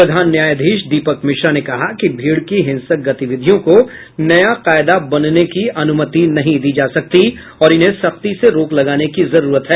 प्रधान न्यायाधीश दीपक मिश्रा ने कहा कि भीड़ की हिंसक गतिविधियों को नया कायदा बनने की अनुमति नहीं दी जा सकती और इन्हें सख्ती से रोक लगाने की जरूरत है